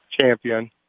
champion